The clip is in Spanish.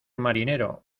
marinero